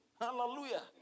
Hallelujah